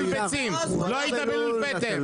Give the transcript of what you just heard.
ביצים, לא היית בלול פטם.